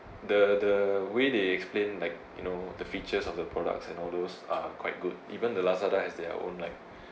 the the way they explain like you know the features of the products and all those are quite good even the lazada has their own like